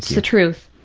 the truth.